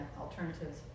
alternatives